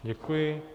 Děkuji.